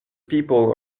people